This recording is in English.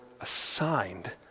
assigned